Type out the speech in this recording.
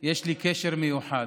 יש לי קשר מיוחד.